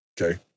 okay